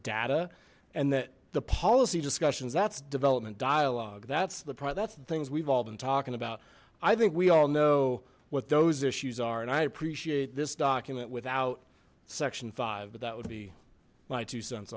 data and that the policy discussions that's development dialogue that's the part that's the things we've all been talking about i think we all know what those issues are and i appreciate this document without section five but that would be my two cents